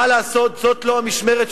מה לעשות, זאת לא המשמרת שלי.